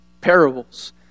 parables